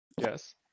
Yes